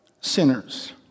sinners